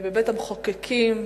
בבית-המחוקקים,